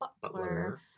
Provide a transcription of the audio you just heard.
butler